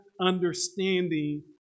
understanding